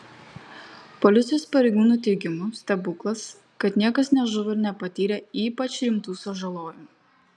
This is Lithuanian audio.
policijos pareigūnų teigimu stebuklas kad niekas nežuvo ir nepatyrė ypač rimtų sužalojimų